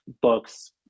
books